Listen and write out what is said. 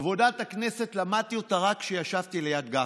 את עבודת הכנסת למדתי רק כשישבתי ליד גפני.